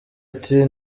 ati